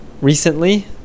recently